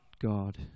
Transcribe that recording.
God